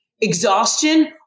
exhaustion